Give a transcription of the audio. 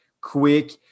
quick